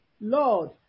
Lord